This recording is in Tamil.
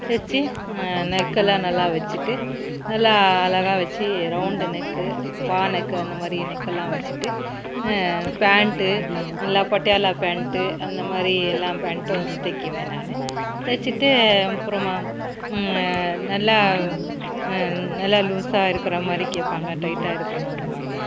தச்சி நெக்கெல்லாம் நல்லா வச்சிகிட்டு நல்லா அழகாக வச்சு ரவுண்டு நெக்கு பா நெக்கு அந்தமாதிரி நெக்கெல்லாம் வச்சிகிட்டு பேண்ட்டு நல்லா பட்டியலா பேண்ட்டு அந்தமாதிரி எல்லா பேண்ட்டும் தைக்கிவேன் நான் தச்சிட்டு அப்பறமாக நல்லா நல்லா லூசாக இருக்கிற மாதிரி கேட்பாங்க டைட்டாக இருக்கனுன்னுவாங்க